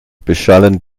beschallen